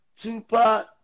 Tupac